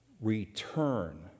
Return